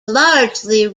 largely